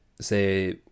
say